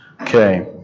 Okay